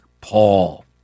Paul